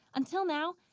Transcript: until now,